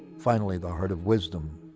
finally the heart of wisdom.